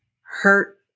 hurt